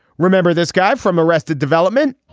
remember this guy from arrested development?